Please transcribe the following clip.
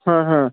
হ্যাঁ হ্যাঁ